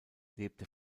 lebte